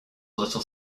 little